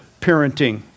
parenting